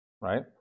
right